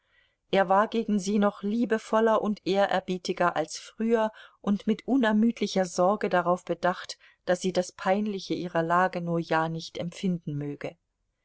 er war gegen sie noch liebevoller und ehrerbietiger als früher und mit unermüdlicher sorge darauf bedacht daß sie das peinliche ihrer lage nur ja nicht empfinden möge